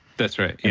that's right, yeah.